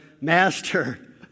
Master